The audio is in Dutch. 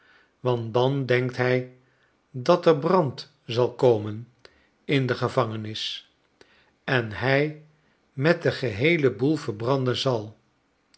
want dan denkt hij dat er brand zal komen in de gevangenis en hij met den geheelen boel verbranden zal